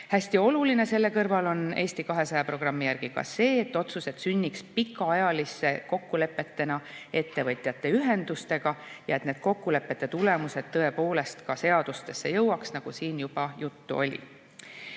Hästi oluline selle kõrval on Eesti 200 programmi järgi ka see, et otsused sünniksid pikaajaliste kokkulepetena ettevõtjate ühendustega ja et nende kokkulepete tulemused tõepoolest ka seadustesse jõuaks, nagu siin juba juttu oli.